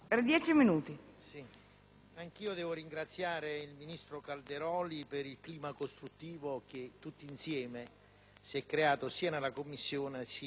anch'io devo ringraziare il ministro Calderoli per il clima costruttivo che si è creato sia nelle Commissioni che in quest'Aula.